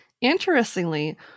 Interestingly